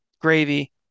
gravy